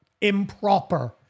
Improper